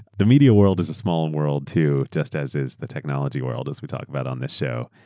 the media world is a small world, too, just as is the technology world as we talked about on this show.